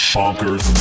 Bonkers